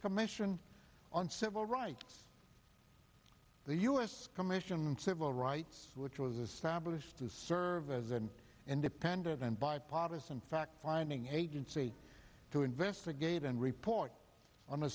commission on civil rights the u s and civil rights which was established to serve as an independent bipartisan fact finding agency to investigate and report on the